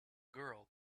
girl